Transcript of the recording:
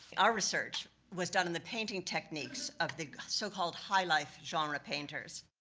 our research was done on the painting techniques of the, so-called high life, genre painters.